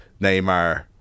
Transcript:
Neymar